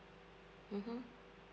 mmhmm